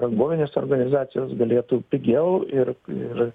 rangovinės organizacijos galėtų pigiau ir ir